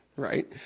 Right